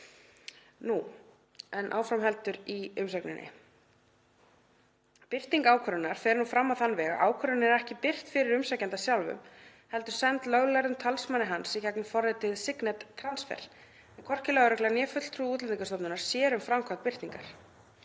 En áfram heldur í umsögninni: „Birting ákvörðunar fer nú fram á þann veg að ákvörðunin er ekki birt fyrir umsækjanda sjálfum, heldur send löglærðum talsmanni hans í gegnum forritið Signet Transfer en hvorki lögregla né fulltrúi Útlendingastofnunar sér um framkvæmd birtingar.